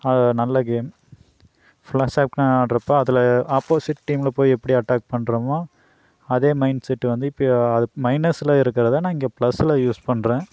அது நல்ல game Clash of Clan ஆடுறப்ப அதில் ஆப்போசிட் டீமில் போய் எப்படி அட்டாக் பண்ணுறமோ அதே மைன்ட்செட்டு வந்து இப்பய மைனஸில் இருக்கிறதை நான் இங்கே பிளஸ்ஸில் யூஸ் பண்ணுறேன்